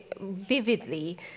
vividly